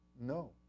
No